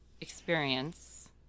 experience